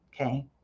Okay